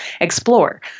explore